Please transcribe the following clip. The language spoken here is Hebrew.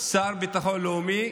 השר לביטחון לאומי,